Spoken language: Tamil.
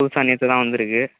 புதுசாக நேற்று தான் வந்திருக்கு